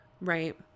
Right